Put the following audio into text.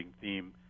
theme